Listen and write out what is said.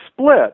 split